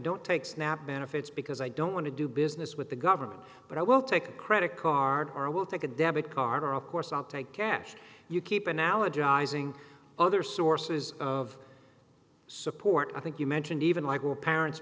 don't take snap benefits because i don't want to do business with the government but i will take a credit card or i will take a debit card of course i'll take cash you keep analogizing other sources of support i think you mentioned even michael parents